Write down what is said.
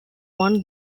one